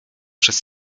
przez